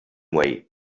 way